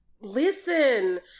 Listen